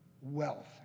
wealth